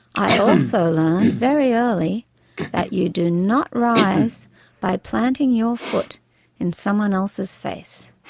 i also learned very early that you do not rise by planting your foot in someone else's face.